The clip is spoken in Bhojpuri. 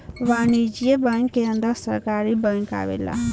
वाणिज्यिक बैंक के अंदर सरकारी बैंक आवेला